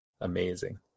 amazing